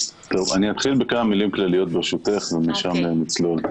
אתחיל בכמה מילים כלליות, ברשותך, ומשם נצלול.